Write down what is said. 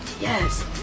Yes